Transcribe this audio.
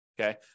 Okay